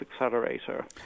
accelerator